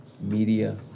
media